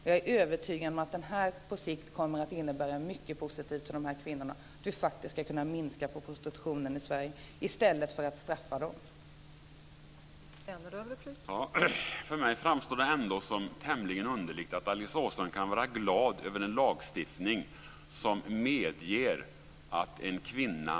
Jag är övertygad om att den på sikt kommer att innebära mycket positivt för de här kvinnorna och att vi faktiskt ska kunna minska prostitutionen i stället för att straffa de prostituerade.